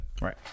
Right